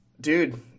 dude